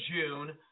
June